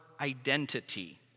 identity